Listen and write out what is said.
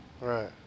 Right